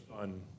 on